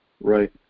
Right